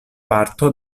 parto